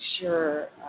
sure